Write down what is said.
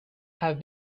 have